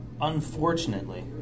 Unfortunately